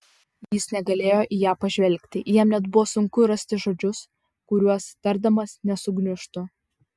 jis negalėjo į ją pažvelgti jam net buvo sunku rasti žodžius kuriuos tardamas nesugniužtų